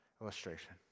illustration